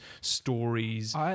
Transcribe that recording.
stories